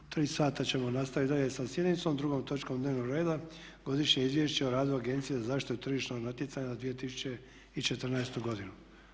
U 3 sata ćemo nastaviti dalje sa sjednicom 2. točkom dnevnog reda Godišnje izvješće o radu agencije za aštitu tržišnog natjecanja za 2014. godinu.